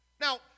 Now